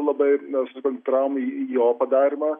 labai na susikoncentravom į jo padarymą